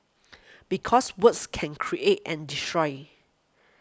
because words can create and destroy